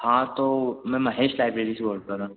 हाँ तो मैं महेश लाइब्रेरी से बोल रहा था